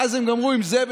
ואז הם גמרו עם זה,